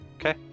Okay